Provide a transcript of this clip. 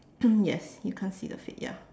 yes you can't see the feet ya